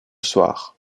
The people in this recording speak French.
soir